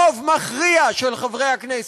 רוב מכריע של חברי הכנסת,